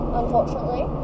unfortunately